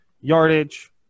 yardage